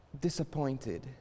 disappointed